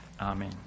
Amen